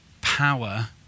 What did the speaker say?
power